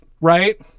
right